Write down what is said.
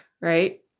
right